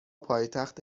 پایتخت